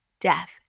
death